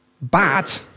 bad